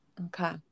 Okay